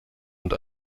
und